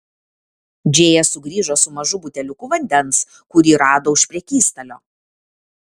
džėja sugrįžo su mažu buteliuku vandens kurį rado už prekystalio